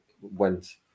went